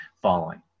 following